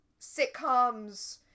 sitcoms